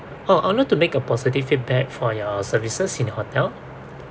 oh I want to make a positive feedback for your services in your hotel